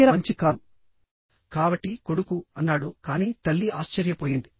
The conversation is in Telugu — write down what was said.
చక్కెర మంచిది కాదు కాబట్టి కొడుకు అన్నాడు కానీ తల్లి ఆశ్చర్యపోయింది